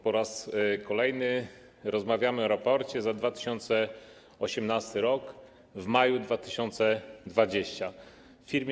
Po raz kolejny rozmawiamy o raporcie za 2018 r. w maju 2020 r.